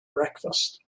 breakfast